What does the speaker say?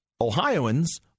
Ohioans